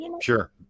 Sure